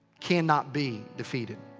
cannot be defeated.